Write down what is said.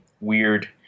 weird